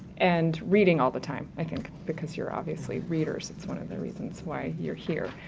and reading all the time, i think, because you're obviously readers it's one of the reasons why you're here,